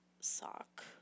sock